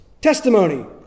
testimony